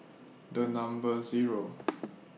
The Number Zero